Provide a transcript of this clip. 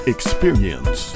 Experience